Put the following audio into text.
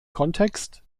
kontext